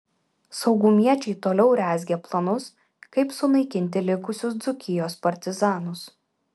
saugumiečiai toliau rezgė planus kaip sunaikinti likusius dzūkijos partizanus